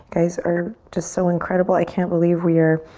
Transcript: guys are just so incredible. i can't believe we are